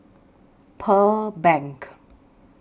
Pearl Bank